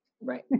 Right